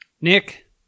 Nick